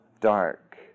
dark